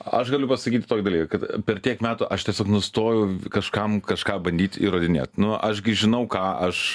aš galiu pasakyti tokį dalyką kad per tiek metų aš tiesiog nustojau kažkam kažką bandyt įrodinėt nu aš gi žinau ką aš